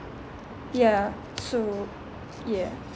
ya so yeah